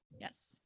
Yes